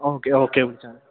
okay okay വിളിച്ചാല് മതി